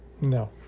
no